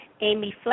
Amy